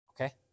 Okay